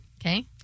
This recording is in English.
Okay